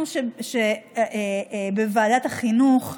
אנחנו בוועדת החינוך,